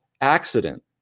accident